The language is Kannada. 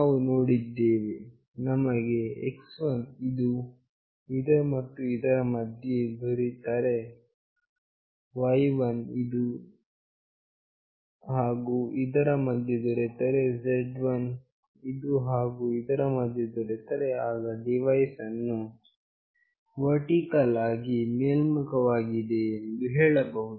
ನಾವು ನೋಡಿದ್ದೇವೆ ನಮಗೆ x1 ವು ಇದು ಹಾಗು ಇದರ ಮಧ್ಯೆ ದೊರೆತರೆ y1 ವು ಇದು ಹಾಗು ಇದರ ಮಧ್ಯೆ ದೊರೆತರೆ z1 ವು ಇದು ಹಾಗು ಇದರ ಮಧ್ಯೆ ದೊರೆತರೆ ಆಗ ಡಿವೈಸ್ ಗಳನ್ನು ಅವು ವರ್ಟಿಕಲ್ ಆಗಿ ಮೇಲ್ಮುಖವಾಗಿದೆ ಎಂದು ಹೇಳಬಹುದು